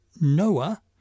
Noah